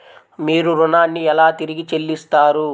మీరు ఋణాన్ని ఎలా తిరిగి చెల్లిస్తారు?